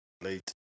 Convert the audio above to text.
Late